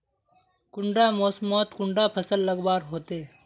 कुंडा मोसमोत कुंडा फसल लगवार होते?